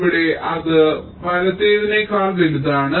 ഇവിടെ അത് വലത്തേതിനേക്കാൾ വലുതാണ്